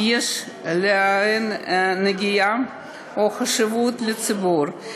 כי יש להן נגיעה או חשיבות לציבור,